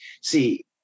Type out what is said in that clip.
see